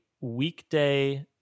weekday